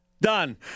Done